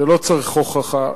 לא צריך הוכחה,